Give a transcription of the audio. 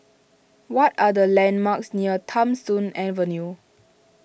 what are the landmarks near Tham Soong Avenue